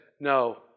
No